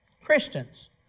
Christians